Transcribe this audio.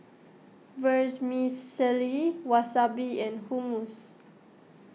Vermicelli Wasabi and Hummus